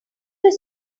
were